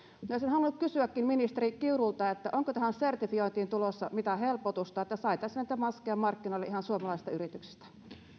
olisin halunnut kysyäkin ministeri kiurulta onko tähän sertifiointiin tulossa mitään helpotusta että saataisiin maskeja markkinoille ihan suomalaisista yrityksistä